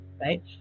right